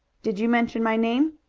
did you mention my name?